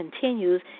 continues